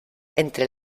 entre